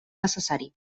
necessari